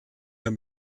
herr